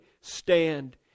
stand